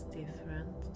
different